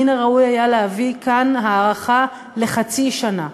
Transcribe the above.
מן הראוי היה להביא כאן הארכה לחצי שנה.